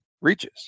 reaches